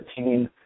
2013